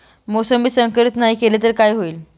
मोसंबी संकरित नाही केली तर काय होईल?